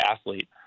athlete